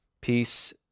peace